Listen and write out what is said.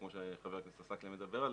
כמו שחבר הכנסת עסאקלה מדבר עליהם,